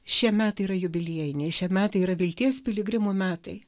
šie metai yra jubiliejiniai šie metai yra vilties piligrimų metai